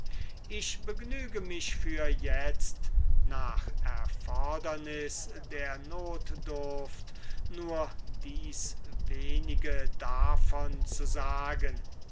ich begnüge mich für itzt nach erfordernis der notdurft nur dies wenige davon zu sagen